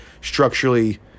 structurally